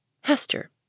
Hester